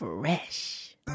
Fresh